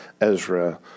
Ezra